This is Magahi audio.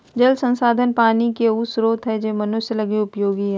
जल संसाधन पानी के उ स्रोत हइ जे मनुष्य लगी उपयोगी हइ